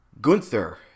Gunther